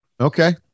Okay